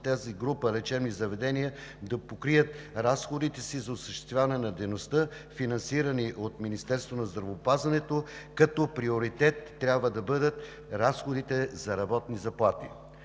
тази група лечебни заведения да покрият разходите си за осъществяване на дейността, финансирани от Министерството на здравеопазването, като приоритет трябва да бъдат разходите за работни заплати.